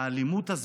האלימות הזאת,